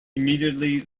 immediately